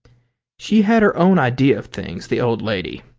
she had her own idea of things, the old lady.